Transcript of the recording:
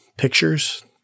pictures